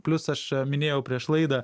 plius aš minėjau prieš laidą